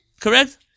Correct